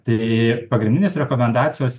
tai pagrindinės rekomendacijos